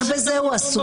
רק בזה הוא עסוק.